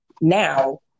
now